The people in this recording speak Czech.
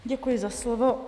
Děkuji za slovo.